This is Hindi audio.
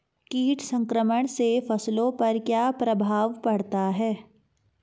कीट संक्रमण से फसलों पर क्या प्रभाव पड़ता है?